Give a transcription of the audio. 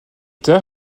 tard